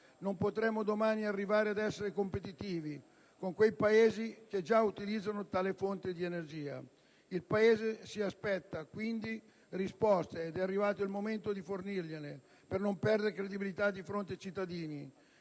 non potremo domani arrivare ad essere competitivi con quei Paesi che già utilizzano tale fonte di energia. Il Paese si aspetta, quindi, risposte ed è arrivato il momento di fornirgliele per non perdere credibilità di fronte ai cittadini